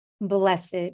blessed